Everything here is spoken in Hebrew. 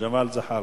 ג'מאל זחאלקה.